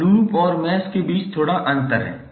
अब लूप और मैश के बीच थोड़ा अंतर है